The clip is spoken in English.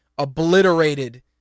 obliterated